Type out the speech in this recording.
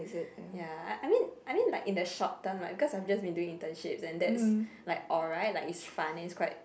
ya I I mean I mean like in the short term like because I've just been doing internships and that's like alright like it's fun and it's quite